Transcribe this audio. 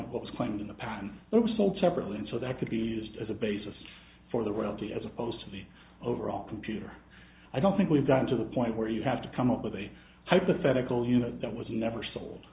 of what's claimed in the patent it was sold separately and so that could be used as a basis for the wealthy as opposed to the overall computer i don't think we've gotten to the point where you have to come up with a hypothetical unit that was never sold